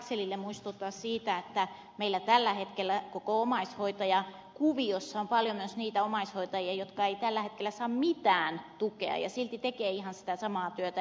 laxellille muistuttaa siitä että meillä tällä hetkellä koko omaishoitajakuviossa on paljon myös niitä omaishoitajia jotka eivät tällä hetkellä saa mitään tukea ja silti tekevät ihan sitä samaa työtä